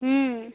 हुँ